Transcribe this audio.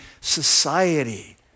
society